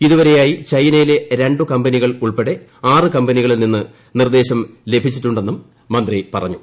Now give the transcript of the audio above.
ഇതുവരെയായി ചൈനയിലെ ര ് കമ്പനികൾ ഉൾപ്പെടെ ആറ് കമ്പനികളിൽ നിന്ന് നിർദ്ദേശം ലഭിച്ചിട്ടു ന്നും മന്ത്രി പറഞ്ഞു